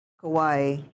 Kauai